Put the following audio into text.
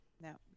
no